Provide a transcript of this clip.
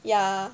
ya